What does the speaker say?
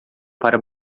para